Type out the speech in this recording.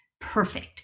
perfect